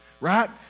right